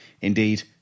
Indeed